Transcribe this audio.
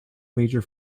major